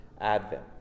advent